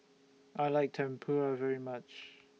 I like Tempura very much